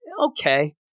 okay